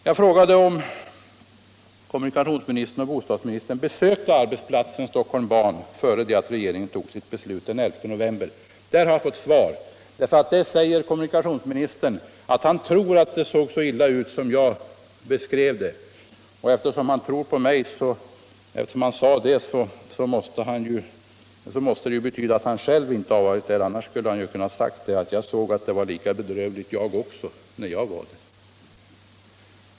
Jag frågade om kommunikationsministern och bostadsministern besökt arbetsplatsen Stockholm Ban innan regeringen fattade sitt beslut den 11 november. På den sistnämnda frågan har jag fått svar. Kommunikationsministern sade att han tror att det ser så illa ut som jag beskrev det. Det måste ju betyda att han själv inte har varit där, annars kunde han ju ha sagt: Jag såg att det var bedrövligt jag också när jag var där.